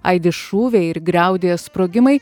aidi šūviai ir griaudėja sprogimai